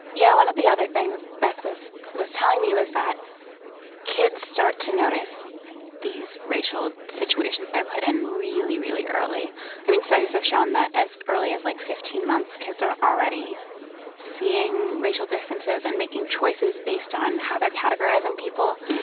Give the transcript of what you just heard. yeah, one of the other things beth was was telling me was that kids start to notice these racial situations they're put in really, really early. i mean, studies have shown that as early as like, fifteen, months, kids are already seeing racial differences and making choices based on how they're categorizing people.